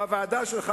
בוועדה שלך,